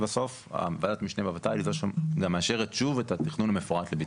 ובסוף וועדת המשנה בות"ל היא זו שגם מאשרת שוב את התכנון המפורט לביצוע.